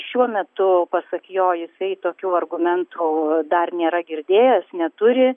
šiuo metu pasak jo jisai tokių argumentų dar nėra girdėjęs neturi